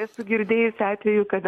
esu girdėjusi atvejų kada